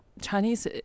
Chinese